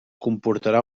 comportarà